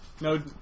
no